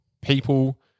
people